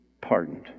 pardoned